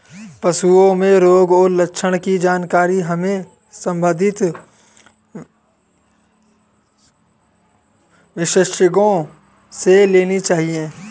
पशुओं में रोग और लक्षण की जानकारी हमें संबंधित विशेषज्ञों से लेनी चाहिए